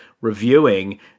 reviewing